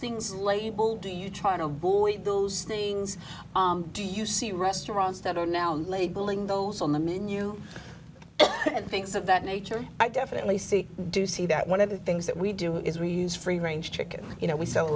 things labelled do you try to avoid those things do you see restaurants that are now labeling those on the menu and things of that nature i definitely see do see that one of the things that we do is reuse free range chicken you know we sell a